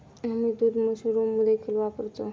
आम्ही दूध मशरूम देखील वापरतो